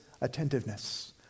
attentiveness